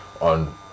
on